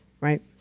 Right